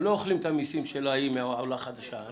הם לא אוכלים את המסים של העולה החדשה ההיא,